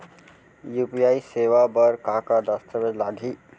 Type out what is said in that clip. UPI सेवा बर का का दस्तावेज लागही?